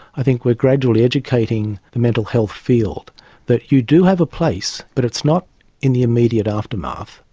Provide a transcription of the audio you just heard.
i think we're gradually educating the mental health field that you do have a place but it's not in the immediate aftermath,